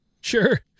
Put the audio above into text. Sure